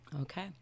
Okay